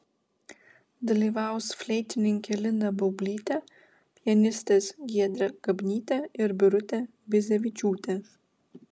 dalyvaus fleitininkė lina baublytė pianistės giedrė gabnytė ir birutė bizevičiūtė